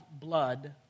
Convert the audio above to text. blood